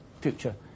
future